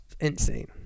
insane